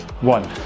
one